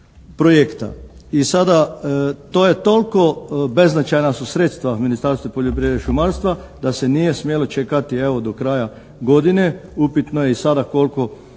I sada to je toliko beznačajna su sredstva Ministarstva poljoprivrede i šumarstva da se nije smjelo čekati evo do kraja godine. Upitno je i sada koliko